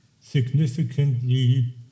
significantly